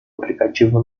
aplicativo